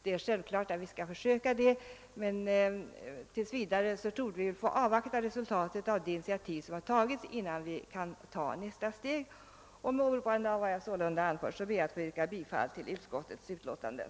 Det är självklart att vi skall försöka det, men tills vidare torde vi få avvakta resultatet av de initiativ som har tagits innan vi kan ta nästa steg. Med åberopande av vad jag sålunda har anfört ber jag, herr talman, att få yrka bifall till utskottets hemställan.